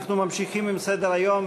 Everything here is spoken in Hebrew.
אנחנו ממשיכים בסדר-היום,